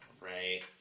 right